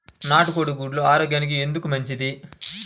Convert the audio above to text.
నాటు కోడి గుడ్లు ఆరోగ్యానికి ఎందుకు మంచిది?